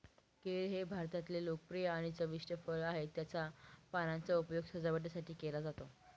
केळ हे भारतातले लोकप्रिय आणि चविष्ट फळ आहे, त्याच्या पानांचा उपयोग सजावटीसाठी केला जातो